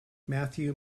matthew